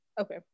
Okay